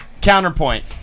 counterpoint